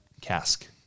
Cask